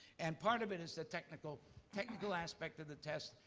and part of it is the technical technical aspect of the test,